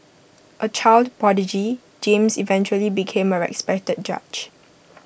A child prodigy James eventually became A respected judge